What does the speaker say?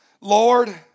Lord